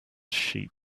sheep